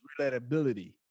relatability